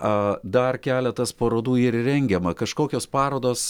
a dar keletas parodų ir rengiama kažkokios parodos